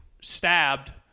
stabbed